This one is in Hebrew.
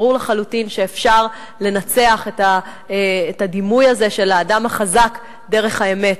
ברור לחלוטין שאפשר לנצח את הדימוי הזה של האדם החזק דרך האמת.